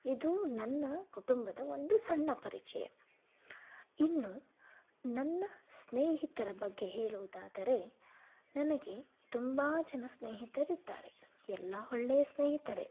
ಇದು ನನ್ನ ಕುಟುಂಬದ ಒಂದು ಸಣ್ಣ ಪರಿಚಯ ಇನ್ನು ನನ್ನ ಸ್ನೇಹಿತರ ಬಗ್ಗೆ ಹೇಳುವುದಾದರೆ ನನಗೆ ತುಂಬ ಜನ ಸ್ನೇಹಿತರಿದ್ದಾರೆ ಎಲ್ಲ ಒಳ್ಳೆಯ ಸ್ನೇಹಿತರೇ